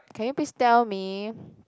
can you please tell me